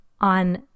on